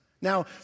now